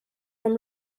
from